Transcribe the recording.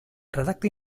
redacta